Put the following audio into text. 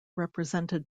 represented